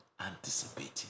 anticipating